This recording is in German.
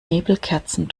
nebelkerzen